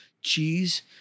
cheese